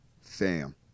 Fam